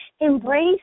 embrace